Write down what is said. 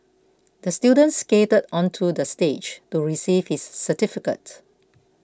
the student skated onto the stage to receive his certificate